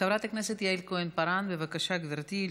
חברת הכנסת יעל כהן-פארן, בבקשה, גברתי.